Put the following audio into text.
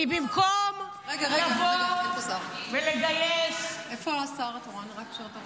כי במקום לבוא ולגייס -- רגע, רגע, אין פה שר.